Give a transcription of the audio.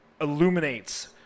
illuminates